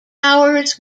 powers